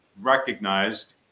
recognized